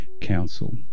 council